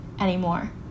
anymore